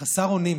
חסר אונים,